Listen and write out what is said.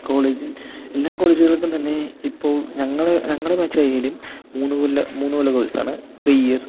കോളേജിൽ എല്ലാ കോളേജുകൾക്കും തന്നെ ഇപ്പോൾ ഞങ്ങള് ഞങ്ങളുടെ ബാച്ചായാലും മൂന്ന് കൊല്ല കോഴ്സാണ് ത്രീ ഇയർ